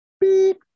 Beep